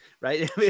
Right